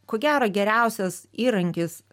ko gero geriausias įrankis